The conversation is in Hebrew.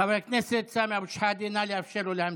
חבר הכנסת סמי אבו שחאדה, נא לאפשר לו להמשיך.